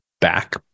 back